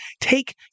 take